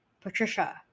Patricia